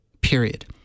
period